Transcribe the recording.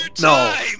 no